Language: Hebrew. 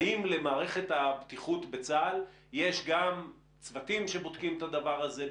האם למערכת הבטיחות בצה"ל יש גם צוותים שבודקים את הדבר הזה,